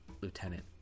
Lieutenant